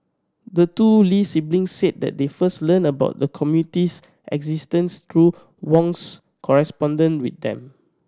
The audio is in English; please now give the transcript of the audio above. the two Lee siblings said that they first learned about the committee's existence through Wong's correspondence with them